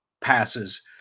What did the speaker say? passes